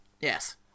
Yes